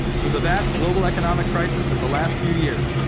through the vast global economic crisis of the last few years,